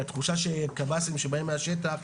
בתחושה של קבסי"ם שבאים מהשטח,